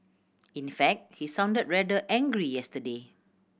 in fact he sounded rather angry yesterday